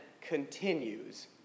continues